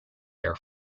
air